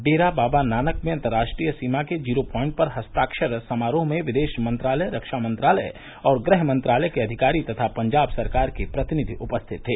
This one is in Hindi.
डेरा बाबा नानक में अंतर्राष्ट्रीय सीमा के जीरो प्वाइंट पर हस्ताक्षर समारोह में विदेश मंत्रालय रक्षा मंत्रालय और गृह मंत्रालय के अधिकारी तथा पंजाब सरकार के प्रतिनिधि उपस्थित थे